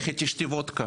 "לכי תשתי וודקה".